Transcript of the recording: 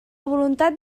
voluntat